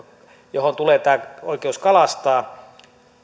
johon tulee tämä oikeus kalastaa